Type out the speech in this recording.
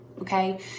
Okay